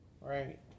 right